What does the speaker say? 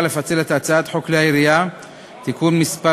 לפצל את הצעת חוק כלי הירייה (תיקון מס'